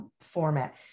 format